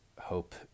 hope